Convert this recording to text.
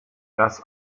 das